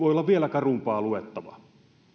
vielä karumpaa luettavaa